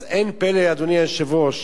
אז אין פלא, אדוני היושב-ראש,